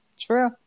true